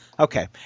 Okay